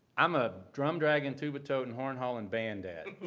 i'm a drum-dragging, tuba-toting, horn-hauling band dad.